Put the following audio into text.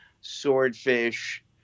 swordfish